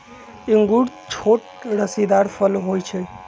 इंगूर छोट रसीदार फल होइ छइ